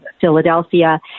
Philadelphia